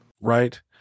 Right